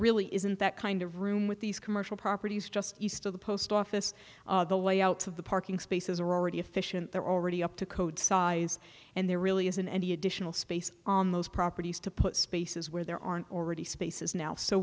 really isn't that kind of room with these commercial properties just east of the post office the layouts of the parking spaces are already efficient they're already up to code size and there really isn't any additional space on those properties to put spaces where there aren't already spaces now so